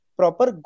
proper